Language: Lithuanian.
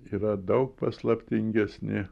yra daug paslaptingesni